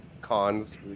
cons